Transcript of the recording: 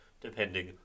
depending